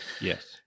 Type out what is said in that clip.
Yes